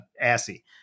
assy